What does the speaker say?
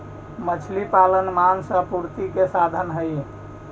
मछली पालन मांस आपूर्ति के साधन हई